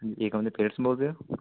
ਏਕਮ ਦੇ ਪੇਰੈਂਟਸ ਬੋਲਦੇ ਹੋ